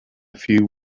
few